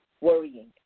worrying